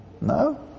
No